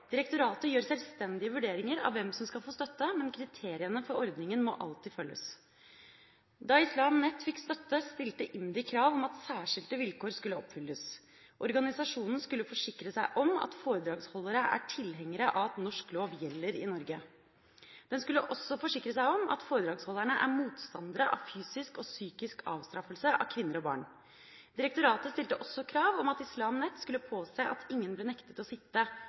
Direktoratet gjør selvstendige vurderinger av hvem som skal få støtte, men kriteriene for ordninga må alltid følges. Da Islam Net fikk støtte, stilte IMDi krav om at særskilte vilkår skulle oppfylles. Organisasjonen skulle forsikre seg om at foredragsholderne er tilhengere av at norsk lov gjelder i Norge. Den skulle også forsikre seg om at foredragsholderne er motstandere av fysisk og psykisk avstraffelse av kvinner og barn. Direktoratet stilte også krav om at Islam Net skulle påse at ingen ble nektet å sitte